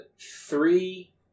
three